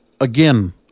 again